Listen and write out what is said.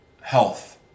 health